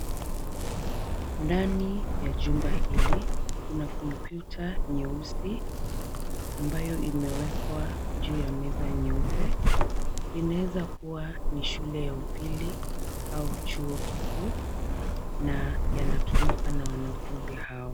Ndani ya jumba hili kuna kompyuta nyeusi ambayo imewekwa juu ya meza nyeupe. Inaweza kuwa ni shule ya upili au chuo kikuu na yanatumika na wanafunzi hao.